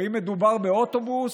או אם מדובר באוטובוס,